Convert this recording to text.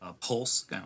Pulse